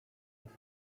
jest